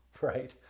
right